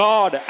God